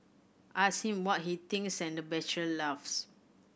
ask him what he thinks and the bachelor laughs